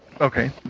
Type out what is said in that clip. Okay